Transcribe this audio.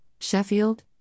Sheffield